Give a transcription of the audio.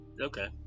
Okay